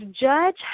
judge